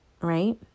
right